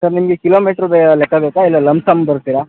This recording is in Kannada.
ಸರ್ ನಿಮಗೆ ಕಿಲೋಮೀಟ್ರು ಬೇ ಲೆಕ್ಕ ಬೇಕಾ ಇಲ್ಲ ಲಮ್ಸಮ್ ಬರುತ್ತೀರ